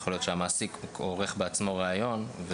יכול להיות שהמעסיק עורך בעצמו ריאיון.